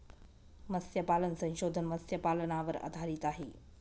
मत्स्यपालन संशोधन मत्स्यपालनावर आधारित आहे